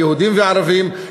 ליהודים ולערבים,